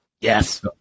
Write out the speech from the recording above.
Yes